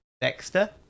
dexter